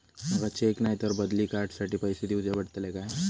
माका चेक नाय तर बदली कार्ड साठी पैसे दीवचे पडतले काय?